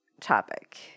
topic